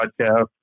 podcast